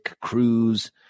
Cruz